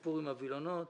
בסוף היה חוק טוב.